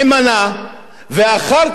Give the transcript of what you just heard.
ואחר כך ראש המועצה,